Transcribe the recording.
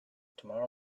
tomorrow